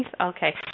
okay